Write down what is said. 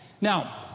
Now